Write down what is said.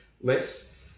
less